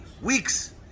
weeks